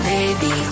Baby